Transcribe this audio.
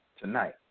tonight